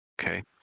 Okay